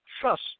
trust